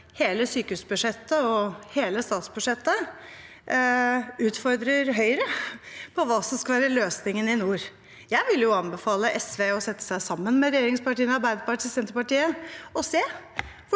hele statsbudsjettet, utfordrer Høyre på hva som skal være løsningen i nord. Jeg vil anbefale SV å sette seg sammen med regjeringspartiene Arbeiderpartiet og Senterpartiet og se hvordan